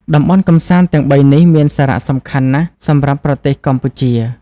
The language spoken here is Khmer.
តំបន់កម្សាន្តទាំងបីនេះ មានសារៈសំខាន់ណាស់សម្រាប់ប្រទេសកម្ពុជា។